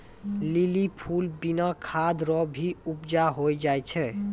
lily फूल बिना खाद रो भी उपजा होय जाय छै